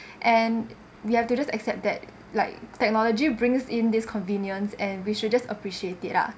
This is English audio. and we have to just accept that like technology brings in this convenience and we should just appreciate it lah